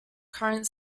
current